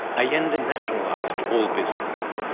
allende nationalized all businesses.